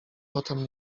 potem